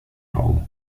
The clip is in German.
raum